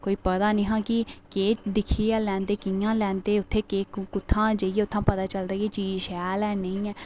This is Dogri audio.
कोई पता नेईं हा कि केह् दिक्खियै लैंदे ते कियां लैंदे उत्थै जेइये उत्थां दा पता चलदा कि चीज शैल है कि नेईं ऐ